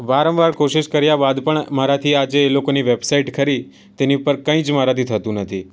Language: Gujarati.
વારંવાર કોશિશ કર્યા બાદ પણ મારાથી આ જે એ લોકોની વેબસાઈટ ખરી તેની ઉપર કંઈ જ મારાથી થતું નથી